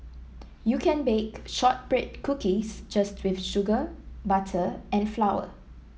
you can bake shortbread cookies just with sugar butter and flour